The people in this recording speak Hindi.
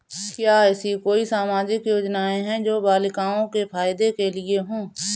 क्या ऐसी कोई सामाजिक योजनाएँ हैं जो बालिकाओं के फ़ायदे के लिए हों?